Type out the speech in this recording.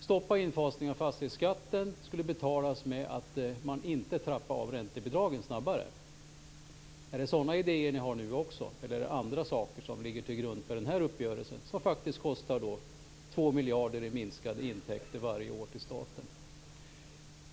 stoppa infasningen av fastighetsskatten. Det skulle finansieras genom att man inte skulle trappa ned räntebidragen snabbare. Är det sådana idéer som ni har nu också? Eller är det andra saker som ligger till grund för uppgörelsen, som faktiskt kostar 2 miljarder varje år i minskade intäkter till staten?